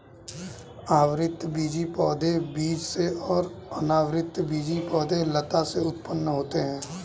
आवृतबीजी पौधे बीज से और अनावृतबीजी पौधे लता से उत्पन्न होते है